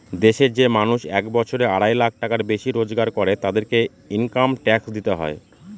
দেশের যে মানুষ এক বছরে আড়াই লাখ টাকার বেশি রোজগার করে, তাদেরকে ইনকাম ট্যাক্স দিতে হয়